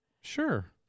Sure